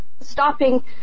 stopping